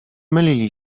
mylili